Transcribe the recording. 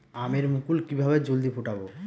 আমের মুকুল কিভাবে জলদি ফুটাব?